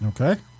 okay